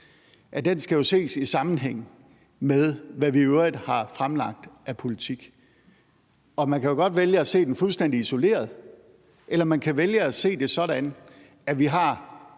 at den jo skal ses i sammenhæng med, hvad vi i øvrigt har fremlagt af politik. Og man kan jo godt vælge, at se den fuldstændig isoleret, eller man kan vælge at se det sådan, at vi har